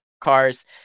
cars